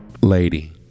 Lady